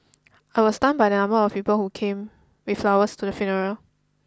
I was stunned by the number of people who came with flowers to the funeral